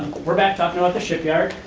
we're back talking about the shipyard.